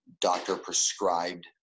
doctor-prescribed